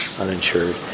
uninsured